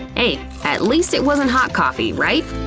hey, at least it wasn't hot coffee, right?